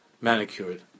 manicured